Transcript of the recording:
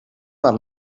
naar